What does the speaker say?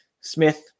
smith